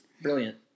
Brilliant